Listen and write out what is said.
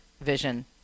vision